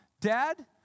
Dad